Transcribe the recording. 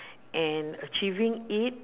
and achieving it